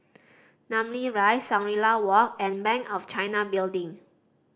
Namly Rise Shangri La Walk and Bank of China Building